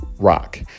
rock